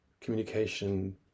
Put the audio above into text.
communication